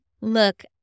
Look